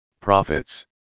profits